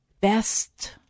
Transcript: best